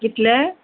कितले